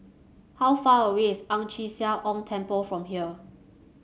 how far away is Ang Chee Sia Ong Temple from here